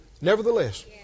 Nevertheless